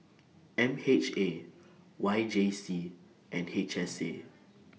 M H A Y J C and H S A